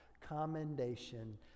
commendation